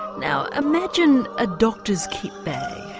now imagine a doctor's kitbag.